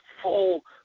full